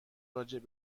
راجع